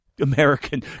American